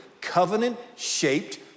Covenant-shaped